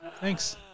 thanks